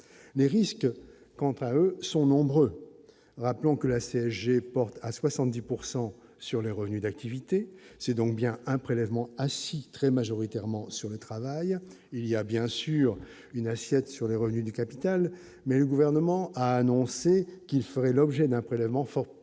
mais risquent quant à eux sont nombreuses, rappelons que la CSG porte à 70 pourcent sur sur les revenus d'activité, c'est donc bien un prélèvement ainsi très majoritairement sur le travail, il y a bien sûr une assiette sur les revenus du capital, mais le gouvernement a annoncé qu'il ferait l'objet d'un prélèvement forte